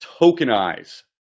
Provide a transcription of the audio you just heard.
tokenize